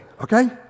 Okay